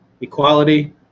Equality